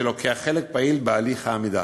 שלוקח חלק פעיל בהליך הלמידה.